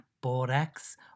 borax